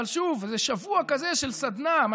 אבל שוב, זה שבוע כזה של סדנה,